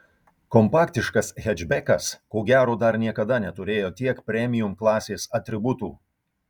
kompaktiškas hečbekas ko gero dar niekada neturėjo tiek premium klasės atributų